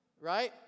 Right